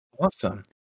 awesome